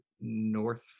North